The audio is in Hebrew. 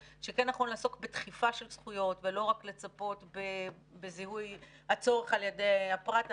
לעסוק בדחיפה של זכויות ולא רק לצפות בזיהוי הצורך על-ידי הפרט.